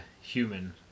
human